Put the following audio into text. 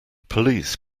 police